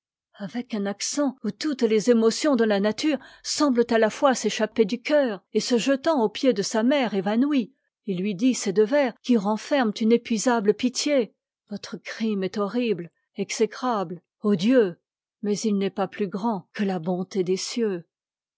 avec un accent où toutes les émotions de la nature semblent à la fois s'échapper du eceur et se jetant aux pieds de sa mère évanouie il lui dit ces deux vers qui renferment une inépuisable pitié votre crime est horrible exécrable odieux mais il n'est pas plus grand que la bonté des cieux